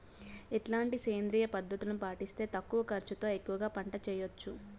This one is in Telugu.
ఎట్లాంటి సేంద్రియ పద్ధతులు పాటిస్తే తక్కువ ఖర్చు తో ఎక్కువగా పంట చేయొచ్చు?